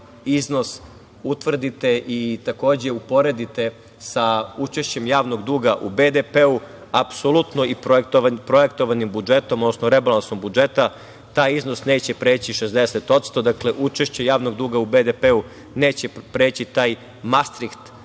iznos, utvrdite i, takođe, uporedite sa učešćem javnog duga u BDP-u, apsolutno i projektovanim budžetom, odnosno rebalansom budžeta, taj iznos neće preći 60%. Dakle, učešće javnog duga u BDP neće preći taj Mastriht